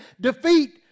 defeat